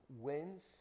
wins